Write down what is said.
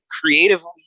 creatively